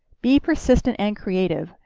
be persistent and creative.